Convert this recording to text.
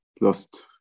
lost